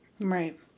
Right